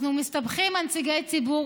אנחנו מסתמכים על נציגי ציבור,